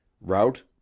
Route